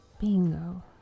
Bingo